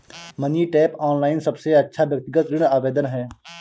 money tap, online सबसे अच्छा व्यक्तिगत ऋण आवेदन है